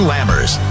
Lammers